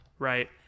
right